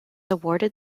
awarded